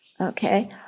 okay